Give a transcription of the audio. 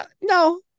no